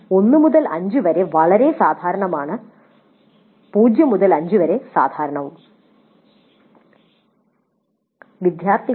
എന്നാൽ 1 മുതൽ 5 വരെ വളരെ സാധാരണമാണ് 0 മുതൽ 5 വരെയും സാധാരണമാണ്